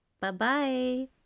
Bye-bye